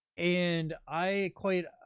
and i quite,